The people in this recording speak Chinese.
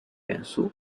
元素